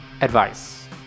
Advice